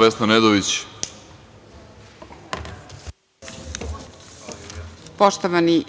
**Vesna Nedović** Poštovani